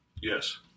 Yes